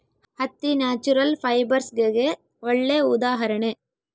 ಹತ್ತಿ ನ್ಯಾಚುರಲ್ ಫೈಬರ್ಸ್ಗೆಗೆ ಒಳ್ಳೆ ಉದಾಹರಣೆ